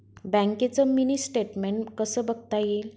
बँकेचं mini statement कसं बघता येईल?